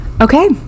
okay